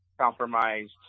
compromised